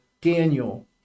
Daniel